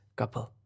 couple